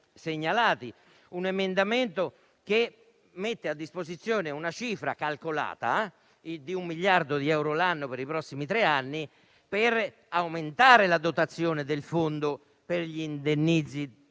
i segnalati, che mette a disposizione una cifra, calcolata in un miliardo di euro l'anno per i prossimi tre anni, per aumentare la dotazione del fondo per gli indennizzi